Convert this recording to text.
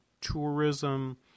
tourism